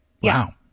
Wow